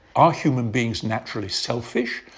are human beings naturally selfish?